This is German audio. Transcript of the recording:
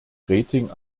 rating